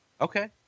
Okay